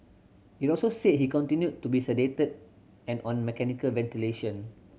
it also said he continued to be sedated and on mechanical ventilation